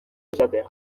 izatea